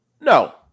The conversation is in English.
No